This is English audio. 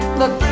look